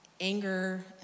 anger